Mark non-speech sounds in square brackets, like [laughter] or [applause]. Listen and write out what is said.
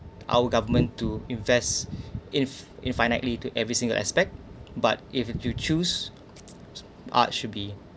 our government to invest [breath] if if unlikely to every single aspect but if you choose art should be